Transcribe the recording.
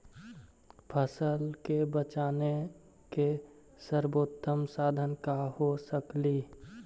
फसल के बेचने के सरबोतम साधन क्या हो सकेली?